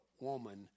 woman